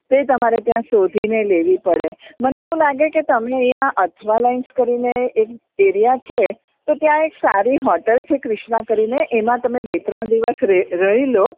તો એ તમારે ત્યાં શોધી ને લેવી પડે મને એવું લાગે કે તમે અહીં અઠવાલાઇન્સ કરીને એક એરિયા છે તો ત્યાં એક સારી હોટલ છે ક્રિષ્ના કરીને એમાં તમે બે ત્રણ દિવસ રે રહી લો